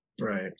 Right